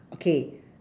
okay